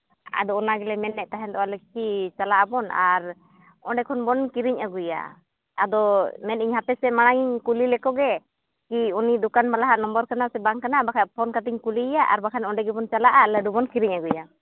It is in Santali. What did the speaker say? ᱟᱫᱚ ᱚᱱᱟ ᱜᱮᱞᱮ ᱢᱮᱱᱮᱫ ᱛᱟᱦᱮᱱᱚᱜᱼᱟ ᱠᱤ ᱪᱟᱞᱟᱜᱼᱟᱵᱚᱱ ᱟᱨ ᱸᱰᱮ ᱠᱷᱚᱱ ᱵᱚᱱ ᱠᱤᱨᱤᱧ ᱟᱹᱜᱩᱭᱟ ᱟᱫᱚ ᱢᱮᱱᱮᱜ ᱤᱧ ᱦᱟᱯᱮᱥᱮ ᱢᱟᱲᱟᱝ ᱤᱧ ᱠᱩᱞᱤ ᱞᱮᱠᱚ ᱜᱮ ᱠᱤ ᱩᱱᱤ ᱫᱚᱠᱟᱱ ᱵᱟᱞᱟ ᱦᱟᱜ ᱱᱚᱢᱵᱚᱨ ᱠᱟᱱᱟ ᱥᱮ ᱵᱟᱝ ᱠᱟᱱᱟ ᱵᱟᱠᱷᱟᱡ ᱯᱷᱳᱱ ᱠᱟᱛᱮᱫ ᱤᱧ ᱠᱩᱞᱤᱭᱮᱭᱟ ᱟᱨ ᱵᱟᱠᱷᱟᱱ ᱚᱸᱰᱮ ᱜᱮᱵᱚᱱ ᱪᱟᱞᱟᱜᱼᱟᱞᱟᱹᱰᱩ ᱵᱚᱱ ᱠᱤᱨᱤᱧ ᱟᱹᱜᱩᱭᱟ